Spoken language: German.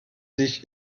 sich